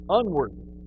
unworthy